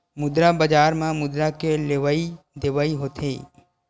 मुद्रा बजार म मुद्रा के लेवइ देवइ होथे